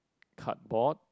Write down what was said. cardboard